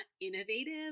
innovative